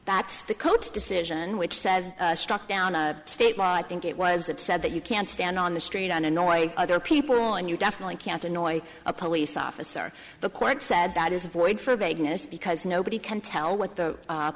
that's the coach decision which said struck down a state law i think it was it said that you can't stand on the street on annoy other people and you definitely can't annoy a police officer the court said that is void for vagueness because nobody can tell what the